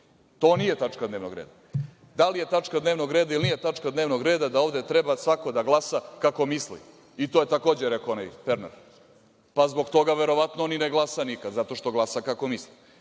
To nije tačka dnevnog reda. Da li je tačka dnevnog reda ili nije tačka dnevnog reda da ovde treba svako da glasa kako misli. To je takođe rekao onaj Pernar, zbog toga verovatno on ne glasa nikad, zato što glasa kako misli.